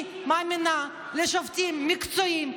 אני מאמינה לשופטים מקצועיים,